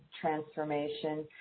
transformation